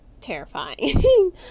terrifying